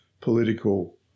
political